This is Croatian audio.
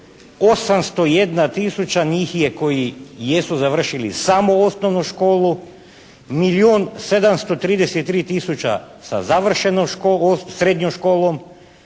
801000 njih je koji jesu završili samo osnovnu školu. Milijun 733000 sa završenom srednjom školom,